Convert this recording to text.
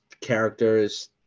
characters